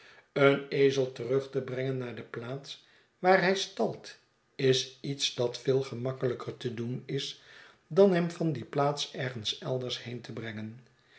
een ezel terug te brengen naar de plaats waar hij stalt is iets dat veel gemakkelijker te doen is dan hem van die plaats ergens elders heed te brengen